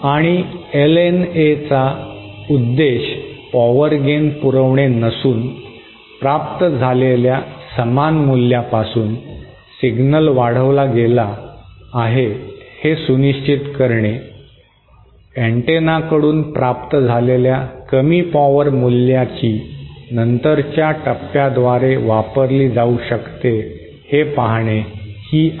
आणि LNAचा उद्देश पॉवर गेन पुरवणे नसून प्राप्त झालेल्या समान मूल्यापासून सिग्नल वाढविला गेला आहे हे सुनिश्चित करणे अँटेनाकडून प्राप्त झालेल्या कमी पॉवर मूल्याची नंतरच्या टप्प्यांद्वारे वापरली जाऊ शकते हे पहाणे ही आहेत